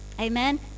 Amen